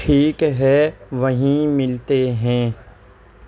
ٹھیک ہے وہیں ملتے ہیں